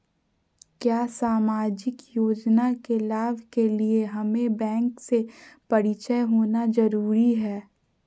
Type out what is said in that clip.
क्या सामाजिक योजना के लाभ के लिए हमें बैंक से परिचय होना जरूरी है?